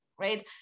right